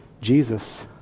Jesus